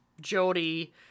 Jody